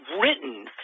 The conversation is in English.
written